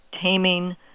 taming